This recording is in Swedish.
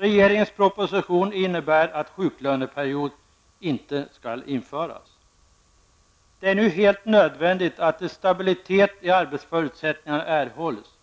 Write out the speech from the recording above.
Regeringens proposition innebär att sjuklöneperiod inte införs. Det är nu helt nödvändigt att en stabilitet i arbetsförutsättningarna erhålls.